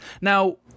Now